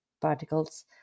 particles